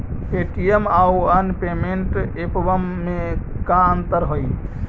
Paytm आउ अन्य payment एपबन में का अंतर हई?